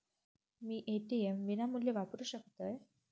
मी ATM विनामूल्य वापरू शकतय?